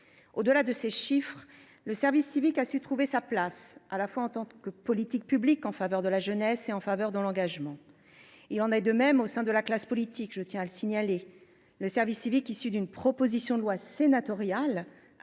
Au delà de ces chiffres, le service civique a su trouver sa place en tant que politique publique en faveur à la fois de la jeunesse et de l’engagement. Il a su convaincre également au sein de la classe politique, je tiens à le signaler : le service civique, issu d’une proposition de loi sénatoriale,